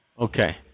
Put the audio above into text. Okay